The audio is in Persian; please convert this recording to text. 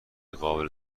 قابل